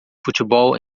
futebol